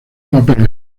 papeles